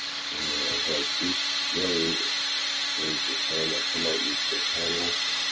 as i speak willy raised his hand, i'll promote you to a panelist.